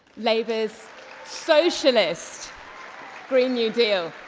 labour's socialist green new deal.